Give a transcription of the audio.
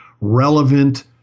relevant